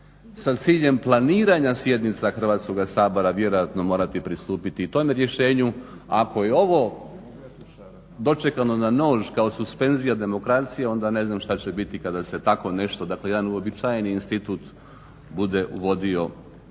sa ciljem planiranja sjednica Hrvatskoga sabora vjerojatno morati pristupiti i tome rješenju. Ako je ovo dočekano na nož kao suspenzija demokracije, onda ne znam što će biti kada se tako nešto, dakle jedan uobičajeni institut bude uvodio